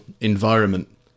environment